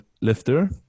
lifter